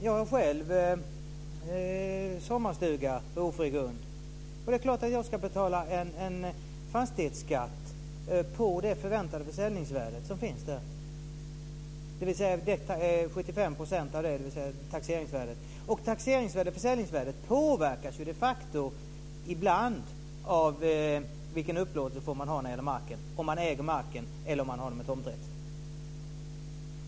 Jag har själv en sommarstuga på ofri grund. Det är klart att jag ska betala fastighetsskatt på det förväntade försäljningsvärdet. Taxeringsvärdet motsvarar 75 % av det. Taxeringsvärde och försäljningsvärde påverkas de facto ibland av upplåtelseformen för marken - om man äger marken eller innehar den med tomträtt.